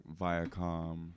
Viacom